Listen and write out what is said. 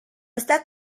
está